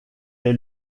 est